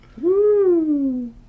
Woo